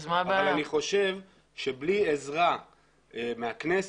אני חושב שבלי עזרה מהכנסת,